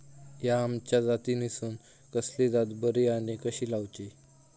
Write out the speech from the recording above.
हया आम्याच्या जातीनिसून कसली जात बरी आनी कशी लाऊची?